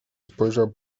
spojrzał